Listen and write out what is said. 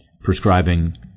prescribing